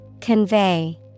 Convey